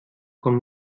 kommt